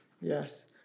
Yes